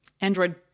Android